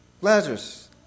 Lazarus